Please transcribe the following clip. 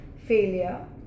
failure